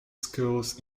schools